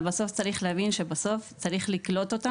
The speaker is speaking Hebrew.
אבל בסוף צריך להבין שבסוף צריך לקלוט אותם